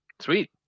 sweet